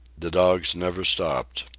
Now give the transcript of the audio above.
the dogs never stopped.